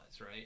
right